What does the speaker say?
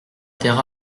étaient